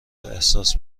احساس